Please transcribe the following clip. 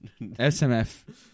smf